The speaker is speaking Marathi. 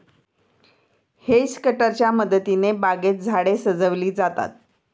हेज कटरच्या मदतीने बागेत झाडे सजविली जातात